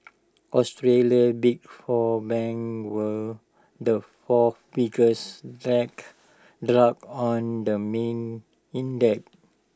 Australia's big four banks were the four biggest drags on the main index